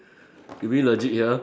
you really legit here